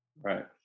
Right